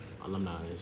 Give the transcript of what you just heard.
alumni